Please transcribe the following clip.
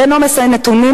בין עומס הנתונים,